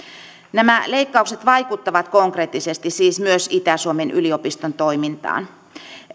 nämä leikkaukset vaikuttavat konkreettisesti siis myös itä suomen yliopiston toimintaan